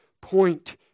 point